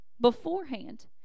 beforehand